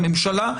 הממשלה,